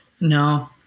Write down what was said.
No